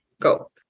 Go